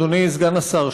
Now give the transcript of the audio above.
אדוני סגן השר,